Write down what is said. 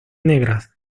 negras